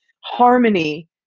harmony